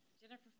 Jennifer